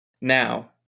Now